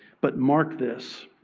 but mark this